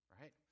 Right